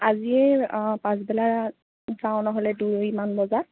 আজিয়ে পাছবেলা যাওঁ নহ'লে দুই মান বজাত